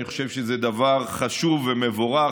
אני חושב שזה דבר חשוב ומבורך,